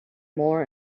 more